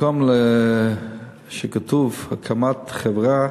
במקום שכתוב: הקמת חברה